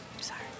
Sorry